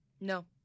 No